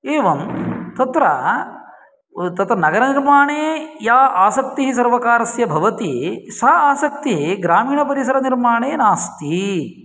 एवं तत्र तत्र नगरनिर्माणे या आसक्तिः सर्वकारस्य भवति सा आसक्ति ग्रामीणपरिसर निर्माणे नास्ति